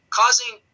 causing